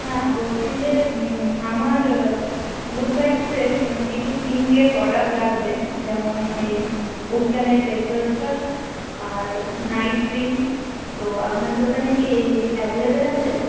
হ্যাঁ বলছি যে আমার গুড ভাইবসের কিছু স্কিনকেয়ার প্রোডাক্ট লাগবে যেমন ওই উবটানের ফেস ওয়াশটা আর নাইট ক্রিম তো আপনার দোকানে কি এই অ্যাভেলেবেল আছে